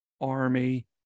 Army